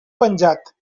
penjat